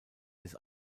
des